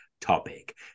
topic